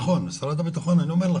נכון, משרד הבטחון, אני אומר לכם,